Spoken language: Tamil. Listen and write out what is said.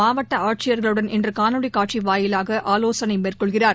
மாவட்ட ஆட்சியர்களுடன் இன்று காணொலி காட்சிவாயிலாக ஆலோசனை சாஹு மேற்கொள்கிறார்